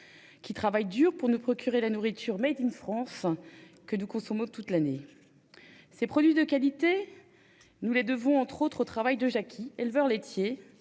qui travaillent dur pour nous procurer la nourriture que nous consommons toute l'année. Ces produits de qualité, nous les devons entre autres au travail de Jacky, éleveur laitier,